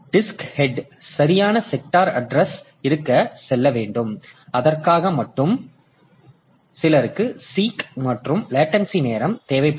எனவே disk head சரியான sector address இருக்கு செல்ல வேண்டும் அதற்காக மட்டுமே சிலருக்கு சீக் மற்றும் லேடன்சி நேரம் தேவைப்படும்